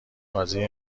بازی